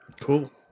Cool